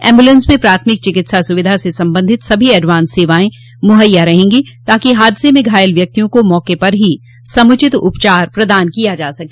ambulance में प्राथमिक चिकित्सा सुविधा से संबंधित सभी एडवांस सवाएं मुहैया रहेंगी ताकि हादसे में घायल व्यक्तियों को मौक पर ही समुचित उपचार प्रदान किया जा सके